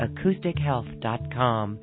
AcousticHealth.com